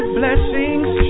blessings